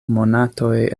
monatoj